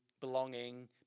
belonging